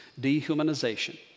dehumanization